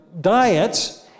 diets